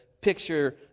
picture